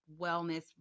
wellness